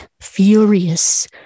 furious